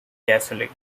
gasoline